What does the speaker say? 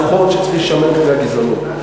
זה נכון שצריך להישמר מפני הגזענות.